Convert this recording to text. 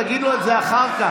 תגידו את זה אחר כך,